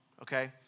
Okay